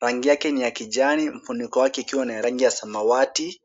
rangi yake ni ya kijani na ufuniko wake ukiwa ni wa rangi ya samawati.